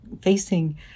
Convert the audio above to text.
facing